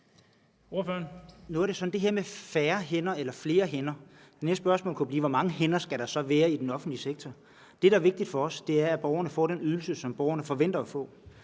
Med hensyn til det her med færre hænder eller flere hænder kunne det næste spørgsmål blive: Hvor mange hænder skal der så være i den offentlige sektor? Det, der er vigtigt for os, er, at borgerne får den ydelse, som borgerne forventer at få,